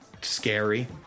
scary